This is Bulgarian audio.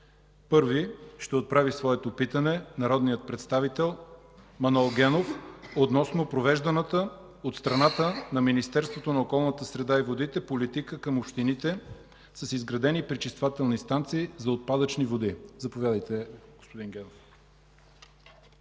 Първи ще отправи своето питане народният представител Манол Генов относно провежданата от страната на Министерството на околната среда и водите политика към общините с изградени пречиствателни станции за отпадъчни води. Заповядайте, господин Генов.